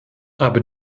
aber